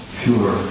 pure